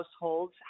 households